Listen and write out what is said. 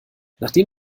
nachdem